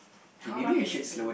how long has it been